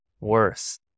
worse